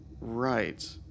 Right